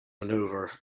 maneuver